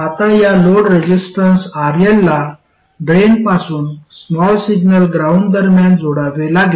आता या load resistance RL ला ड्रेनपासून स्मॉल सिग्नल ग्राउंड दरम्यान जोडावे लागेल